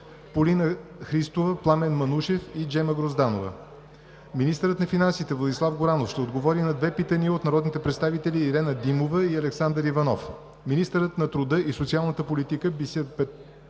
Цанкова-Христова; Пламен Манушев; и Джема Грозданова. 2. Министърът на финансите Владислав Горанов ще отговори на две питания от народните представители Ирена Димова; и Александър Иванов. 3. Министърът на труда и социалната политика Бисер Петков